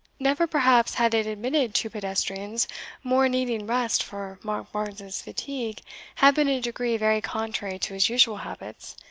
never, perhaps, had it admitted two pedestrians more needing rest for monkbarns's fatigue had been in a degree very contrary to his usual habits,